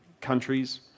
countries